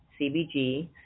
CBG